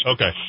Okay